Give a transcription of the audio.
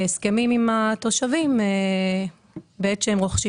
מדובר על הסכמים עם התושבים שבעת שהם רוכשים